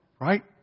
right